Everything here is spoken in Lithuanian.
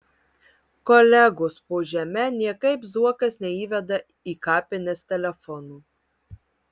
kolegos po žeme niekaip zuokas neįveda į kapines telefono